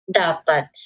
dapat